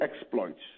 exploits